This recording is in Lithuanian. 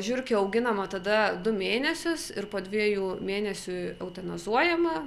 žiurkė auginama tada du mėnesius ir po dviejų mėnesių autonazuojama